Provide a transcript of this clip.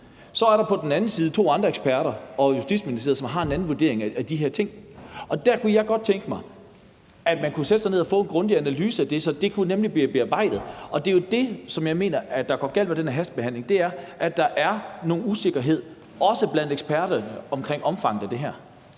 Så er der på den anden side to andre eksperter ovre i Justitsministeriet, som har en anden vurdering af de her ting. Og der kunne jeg godt tænke mig, at man kunne sætte sig ned og få en grundig analyse af det, så det nemlig kunne blive bearbejdet. Og det er jo det, som jeg mener går galt med den her hastebehandling; at der også blandt eksperter er noget usikkerhed omkring omfanget af det her.